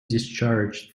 discharged